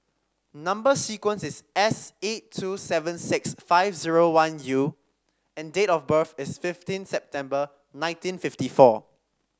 number sequence is S eight two seven six five zero one U and date of birth is fifteen September nineteen fifty four